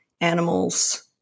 animals